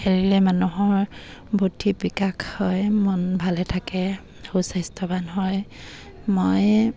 খেলিলে মানুহৰ বুদ্ধি বিকাশ হয় মন ভালে থাকে সুস্বাস্থ্যৱান হয় মই